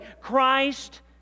Christ